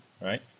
right